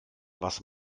was